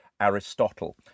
Aristotle